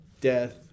death